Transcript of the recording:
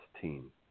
team